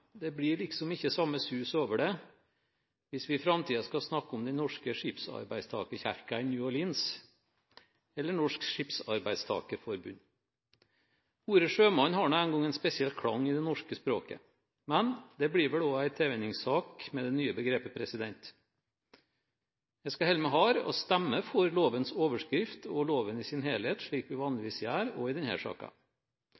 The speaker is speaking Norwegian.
Det blir liksom ikke samme sus over det hvis vi i framtiden skal snakke om «den norske skipsarbeidstakerkirken i New Orleans», eller om «norsk skipsarbeidertakerforbund». Ordet «sjømann» har nå engang en spesiell klang i det norske språket. Men det nye begrepet blir vel en tilvenningssak. Jeg skal holde meg hard og stemme for lovens overskrift og loven i sin helhet – slik vi